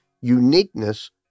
Uniqueness